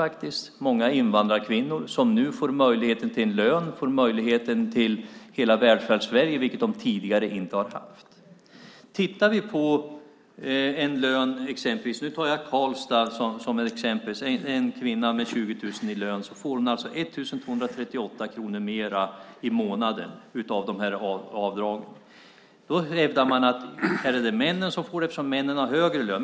Det är många invandrarkvinnor som nu får möjligheten till en lön och tillgång till hela Välfärdssverige, vilket de tidigare inte har haft. Jag kan ta Karlstad som ett exempel. Om vi tittar på en kvinna med 20 000 kronor i lön får hon 1 238 kronor mer i månaden av avdragen. Man hävdar att männen gynnas eftersom de har högre lön.